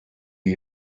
you